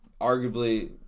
arguably